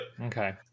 Okay